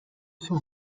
son